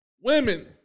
Women